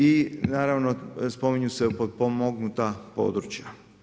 I naravno spominju se potpomognuta područja.